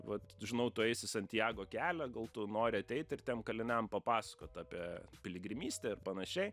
vat žinau tu eisi santjago kelią gal tu nori ateit ir tiem kaliniam papasakot apie piligrimystę ir panašiai